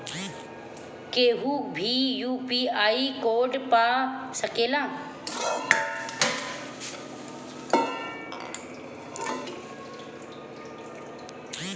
केहू भी UPI code पा सकेला?